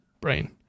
brain